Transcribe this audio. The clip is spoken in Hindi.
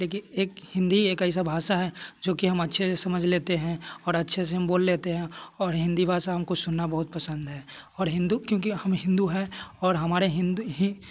लेकिन एक हिंदी एक ऐसा भाषा है जो कि हम अच्छे से समझ लेते हैं और अच्छे से हम बोल लेते हैं और हिंदी भाषा हमको सुनना बहुत पसंद है और हिंदू क्योंकि हम हिंदू है और हमारे हिंदू ही